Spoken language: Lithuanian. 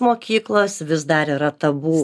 mokyklos vis dar yra tabu